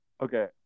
Okay